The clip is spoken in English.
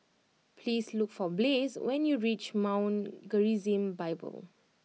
please look for Blaze when you reach Mount Gerizim Bible